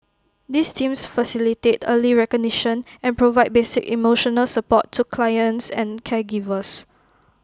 these teams facilitate early recognition and provide basic emotional support to clients and caregivers